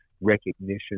recognition